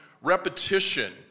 repetition